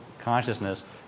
consciousness